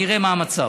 אני אראה מה המצב,